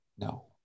no